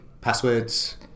Passwords